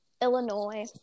Illinois